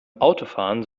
autofahren